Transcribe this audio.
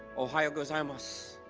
ohayou gozaimasu.